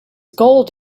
gold